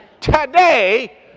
today